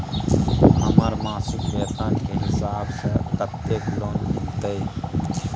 हमर मासिक वेतन के हिसाब स कत्ते लोन मिलते?